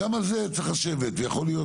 גם על זה צריך לשבת, ויכול להיות